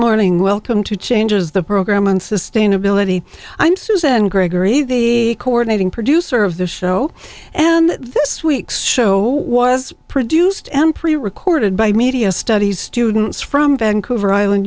morning welcome to changes the program on sustainability i'm susan gregory the coordinating producer of the show and this week's show was produced employee recorded by media studies students from vancouver island